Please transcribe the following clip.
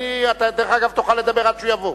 דרך אגב, תוכל לדבר עד שהוא יבוא,